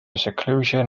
seclusion